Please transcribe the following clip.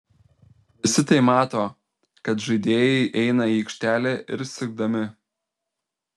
visi tai mato kad žaidėjai eina į aikštelę ir sirgdami